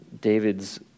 David's